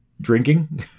Drinking